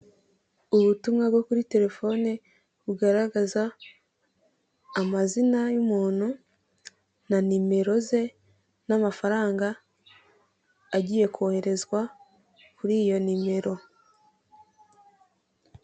Ubutumwa bwo kuri telefone bugaragaza amazina y'umuntu, na nimero ze n'amafaranga agiye koherezwa kuri iyo nimero.